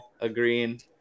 agreeing